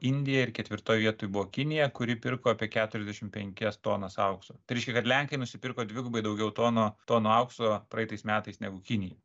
indija ir ketvirtoj vietoj buvo kinija kuri pirko apie keturiasdešimt penkias tonas aukso tai reiškia kad lenkai nusipirko dvigubai daugiau tonų tonų aukso praeitais metais negu kinija